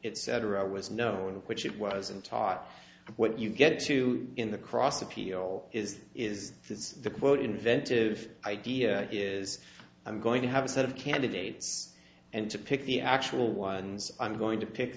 it cetera was known which it wasn't taught what you get to in the cross appeal is that is the quote inventive idea is i'm going to have a set of candidates and to pick the actual ones i'm going to pick